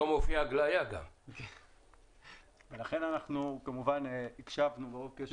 לכן הקשבנו ברוב קשב.